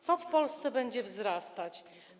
Co w Polsce będzie wzrastać?